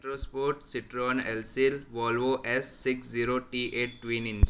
metro sport Citroen એલસિલ Volvo S six zero T eight twin engine